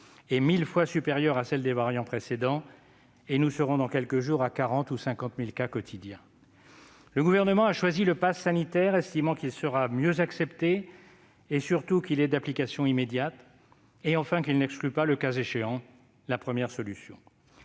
est mille fois supérieure à celle des précédents variants. Et nous serons dans quelques jours à 40 000 ou 50 000 cas quotidiens. Le Gouvernement a choisi le passe sanitaire, estimant que celui-ci serait mieux accepté. Surtout, le passe est d'application immédiate et n'exclut pas, le cas échéant, la première solution.